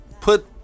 put